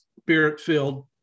spirit-filled